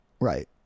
Right